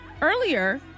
earlier